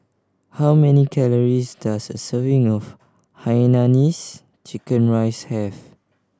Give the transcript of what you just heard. how many calories does a serving of hainanese chicken rice have